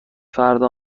فردا